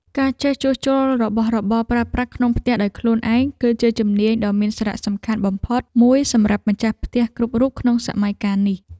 ការចេះជួសជុលរបស់របរប្រើប្រាស់ក្នុងផ្ទះដោយខ្លួនឯង គឺជាជំនាញដ៏មានសារៈសំខាន់បំផុតមួយសម្រាប់ម្ចាស់ផ្ទះគ្រប់រូបក្នុងសម័យកាលនេះ។